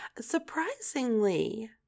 surprisingly